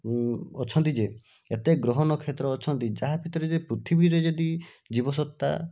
ଅଛନ୍ତି ଯେ ଏତେ ଗ୍ରହ ନକ୍ଷେତ୍ର ଅଛନ୍ତି ଯାହା ଭିତରେ ଯେ ପୃଥିବୀରେ ଯଦି ଜୀବସତ୍ତା